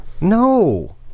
No